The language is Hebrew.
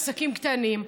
ולעסקים קטנים,